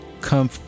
come